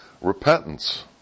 repentance